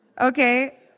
Okay